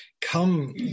come